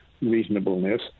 reasonableness